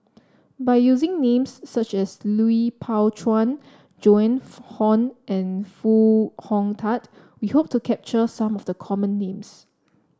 by using names such as Lui Pao Chuen Joan Hon and Foo Hong Tatt we hope to capture some of the common names